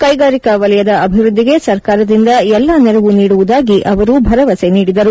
ಕೈಗಾರಿಕಾ ವಲಯದ ಅಭಿವೃದ್ಧಿಗೆ ಸರ್ಕಾರದಿಂದ ಎಲ್ಲ ನೆರವು ನೀಡುವುದಾಗಿ ಅವರು ಭರವಸೆ ನೀಡಿದರು